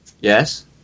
yes